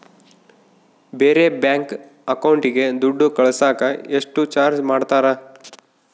ಬೇರೆ ಬ್ಯಾಂಕ್ ಅಕೌಂಟಿಗೆ ದುಡ್ಡು ಕಳಸಾಕ ಎಷ್ಟು ಚಾರ್ಜ್ ಮಾಡತಾರ?